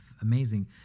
amazing